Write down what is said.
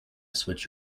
switch